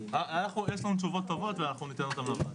יש לנו תשובות טובות ואנחנו ניתן אותן לוועדה.